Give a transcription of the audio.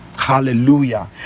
hallelujah